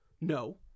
No